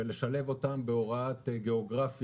כדי לשלב אותם בהוראת גיאוגרפיה,